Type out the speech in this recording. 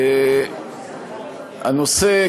הנושא,